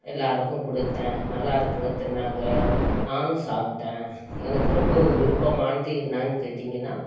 எல்லாேருக்கும் கொடுத்தேன் நல்லாயிருக்குனு தின்னாங்க நானும் சாப்பிட்டேன் எனக்கு ரொம்ப விருப்பமானது என்னென்னு கேட்டிங்கன்னால்